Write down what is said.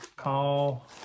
Call